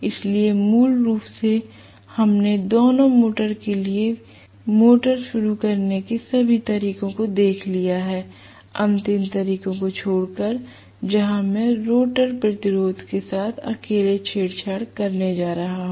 इसलिए मूल रूप से हमने दोनों मोटर के लिए मोटर शुरू करने की सभी तरीकों को देख लिया है अंतिम तरीके को छोड़कर जहां मैं रोटर प्रतिरोध के साथ अकेले छेड़छाड़ करने जा रहा हूं